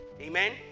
amen